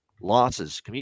Losses